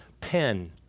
pen